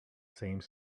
same